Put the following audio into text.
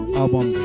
album